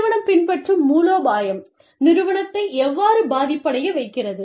நிறுவனம் பின்பற்றும் மூலோபாயம் நிறுவனத்தை எவ்வாறு பாதிப்படைய வைக்கிறது